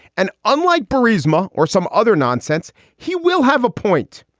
and unlike prisma or some other nonsense, he will have a point.